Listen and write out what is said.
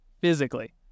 physically